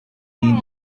been